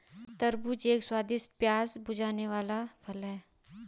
तरबूज एक स्वादिष्ट, प्यास बुझाने वाला फल है